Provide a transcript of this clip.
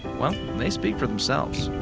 well, they speak for themselves.